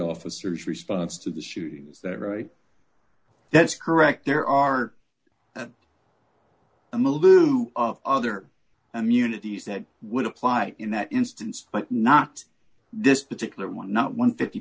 officers response to the shooting is that right that's correct there are i'm a loop of other immunities that would apply in that instance but not this particular one not one